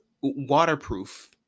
waterproof